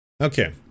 Okay